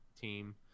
team